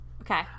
Okay